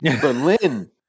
Berlin